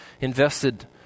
invested